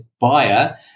buyer